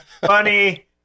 funny